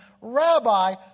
Rabbi